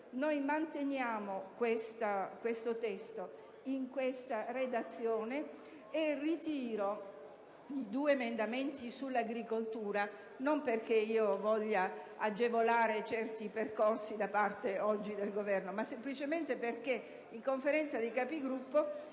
caso manteniamo il testo con questa formulazione e ritiriamo i due emendamenti sull'agricoltura, non perché si voglia agevolare oggi certi percorsi del Governo, ma semplicemente perché in Conferenza dei Capigruppo